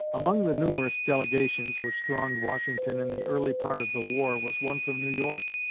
among the numerous delegations which thronged washington in the early part of the war was one from new york,